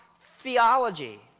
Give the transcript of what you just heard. theology